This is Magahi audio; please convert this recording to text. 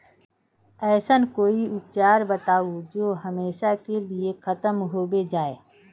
ऐसन कोई उपचार बताऊं जो हमेशा के लिए खत्म होबे जाए?